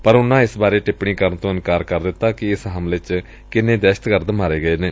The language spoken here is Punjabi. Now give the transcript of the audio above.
ਪਰ ਉਨੂਾਂ ਇਸ ਬਾਰੇ ਟਿੱਪਣੀ ਕਰਨ ਤੋਂ ਇਨਕਾਰ ਕਰ ਦਿੱਤਾ ਕਿ ਇਸ ਹਮਲੇ ਚ ਕਿੰਨੇ ਦਹਿਸ਼ਤਗਰਦ ਮਾਰੇ ਗਏ ਨੇ